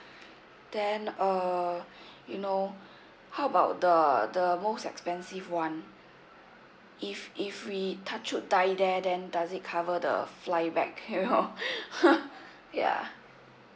then uh you know how about the the most expensive one if if we touch wood die there then does it cover the fly back you know yeah